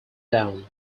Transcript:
down